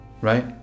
right